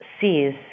sees